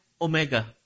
Omega